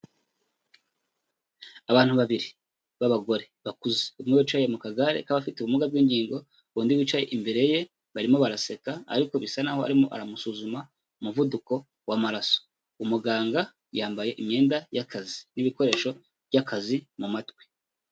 Abantu babiri b'abagore bakuze, umwe wicaye mu kagare k'abafite ubumuga bw'ingingo, undi wicaye imbere ye barimo baraseka ariko bisa naho arimo aramusuzuma umuvuduko w'amaraso. Umuganga yambaye imyenda y'akazi n'ibikoresho by'akazi mu matwi.